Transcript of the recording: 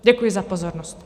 Děkuji za pozornost.